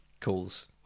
calls